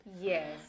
Yes